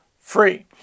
free